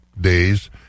Days